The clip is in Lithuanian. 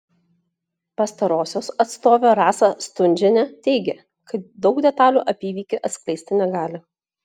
pastarosios atstovė rasa stundžienė teigė kad daug detalių apie įvykį atskleisti negali